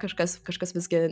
kažkas kažkas visgi